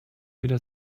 weder